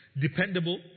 dependable